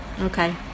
okay